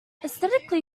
aesthetically